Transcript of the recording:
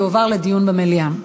תועבר לדיון במליאה.